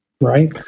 right